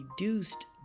reduced